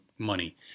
money